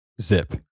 Zip